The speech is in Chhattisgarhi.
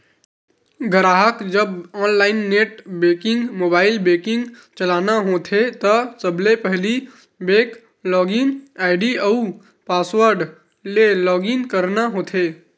गराहक जब online net banking, mobile banking चलाना होथे त सबले पहिली बेंक लॉगिन आईडी अउ पासवर्ड ले लॉगिन करना होथे